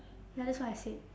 ya that's what I said